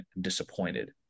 disappointed